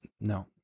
No